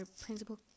principal